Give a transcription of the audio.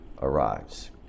arrives